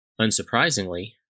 Unsurprisingly